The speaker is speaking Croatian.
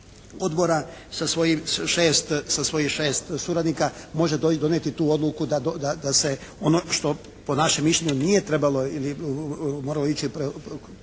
odbora sa svojih šest suradnika može donijeti tu odluku da se ono što po našem mišljenju nije trebalo ili moralo ići sve kroz